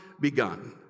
begun